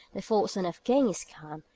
the fourth son of gengis-khan,